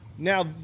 Now